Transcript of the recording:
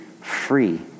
free